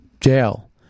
jail